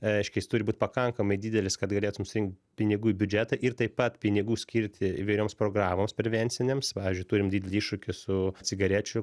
reiškia jis turi būt pakankamai didelis kad galėtum surinkt pinigų į biudžetą ir taip pat pinigų skirti įvairioms programoms prevencinėms pavyzdžiui turim didelį iššūkį su cigarečių